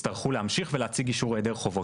יצטרכו להמשיך ולהציג אישור של היעדר חובות.